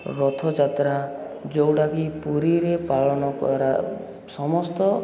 ରଥଯାତ୍ରା ଯେଉଁଟାକି ପୁରୀରେ ପାଳନ ସମସ୍ତ